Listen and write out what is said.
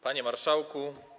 Panie Marszałku!